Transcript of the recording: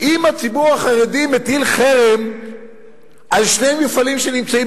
אם הציבור החרדי מטיל חרם על שני מפעלים שנמצאים